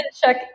Check